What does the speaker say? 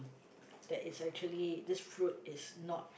that is actually this fruit is not